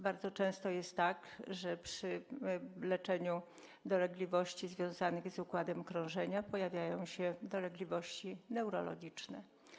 Bardzo często jest tak, że przy leczeniu dolegliwości związanych z układem krążenia pojawiają się dolegliwości neurologiczne.